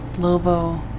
Lobo